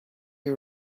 you